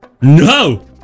No